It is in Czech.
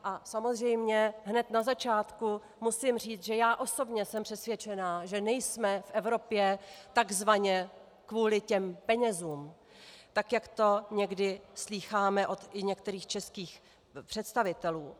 A samozřejmě hned na začátku musím říct, že já osobně jsem přesvědčená, že nejsme v Evropě takzvaně kvůli těm penězům, tak jak to někdy slýcháme i od některých českých představitelů.